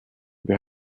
wir